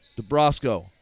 DeBrosco